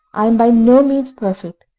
i am by no means perfect,